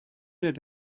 that